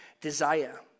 desire